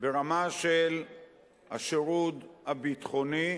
ברמה של השירות הביטחוני,